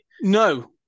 No